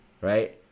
right